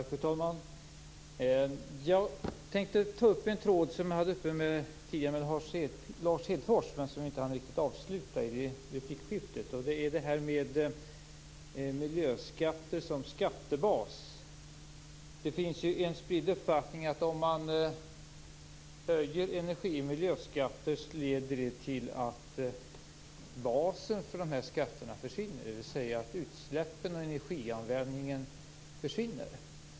Fru talman! Jag tänkte ta upp en tråd som jag hade uppe i ett tidigare replikskifte med Lars Hedfors men som jag då inte riktigt hann avsluta. Det gäller frågan om miljöskatter som skattebas. Det finns en spridd uppfattning om att om man höjer energi och miljöskatter leder det till att basen för de skatterna försvinner, dvs. att utsläppen och energianvändningen försvinner.